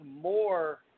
more